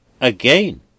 Again